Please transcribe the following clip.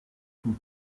from